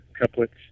couplets